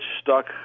stuck